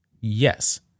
Yes